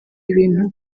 ibintu